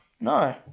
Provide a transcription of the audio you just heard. No